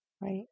right